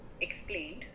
explained